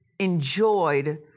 enjoyed